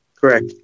Correct